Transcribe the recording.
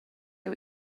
jeu